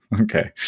okay